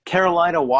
Carolina